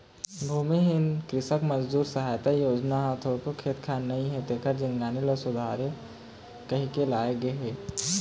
भूमिहीन कृसक मजदूर सहायता योजना ह थोरको खेत खार नइ हे तेखर जिनगी ह सुधरय कहिके लाए गे हे